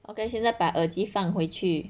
okay 现在把耳机放回去